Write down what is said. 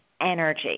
energy